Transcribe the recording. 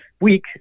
week